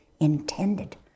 intended